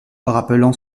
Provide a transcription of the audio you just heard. rappelant